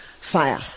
fire